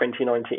2019